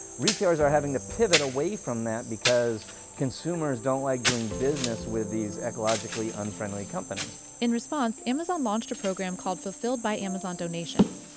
retailers are having to pivot away from that because consumers don't like doing business with these ecologically unfriendly companies. in response, amazon launched a program called fulfilled by amazon donations.